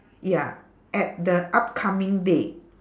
ya at the upcoming day